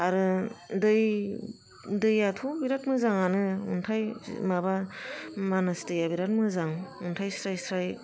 आरो दै दैयाथ' बिराद मोजाङानो अन्थाइ माबा मानास दैया बिराद मोजां अन्थाइ स्राइ स्राइ